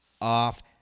off